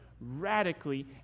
radically